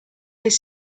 his